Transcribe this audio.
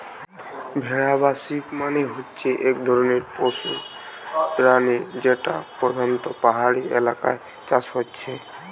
ভেড়া বা শিপ মানে হচ্ছে এক ধরণের পোষ্য প্রাণী যেটা পোধানত পাহাড়ি এলাকায় চাষ হচ্ছে